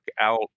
out